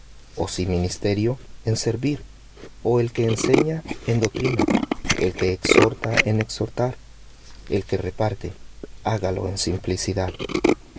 o si ministerio en servir ó el que enseña en doctrina el que exhorta en exhortar el que reparte en simplicidad